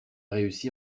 réussi